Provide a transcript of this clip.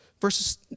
verses